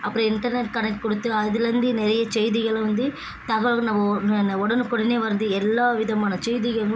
அப்புறம் internet connect கொடுத்து அதிலருந்து நிறைய செய்திகளை வந்து தகவல்கள் நம்ம உடனுக்குடனே வருது எல்லா விதமான செய்திகங்களும்